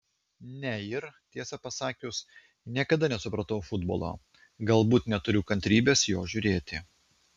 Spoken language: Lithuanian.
ne ir tiesą pasakius niekada nesupratau futbolo galbūt neturiu kantrybės jo žiūrėti